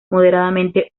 moderadamente